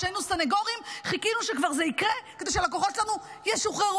כשהיינו סנגורים חיכינו שזה כבר יקרה כדי שלקוחות שלנו ישוחררו.